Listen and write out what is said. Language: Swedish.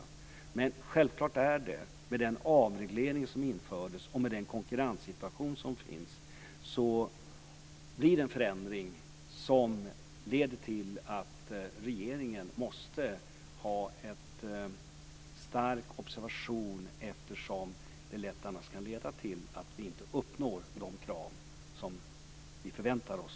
Men självklart blir det med den avreglering som infördes och med den konkurrenssituation som finns en förändring som leder till att regeringen måste observera detta noggrant, eftersom det lätt annars kan leda till att Posten inte uppfyller de krav som vi förväntar oss.